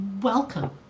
welcome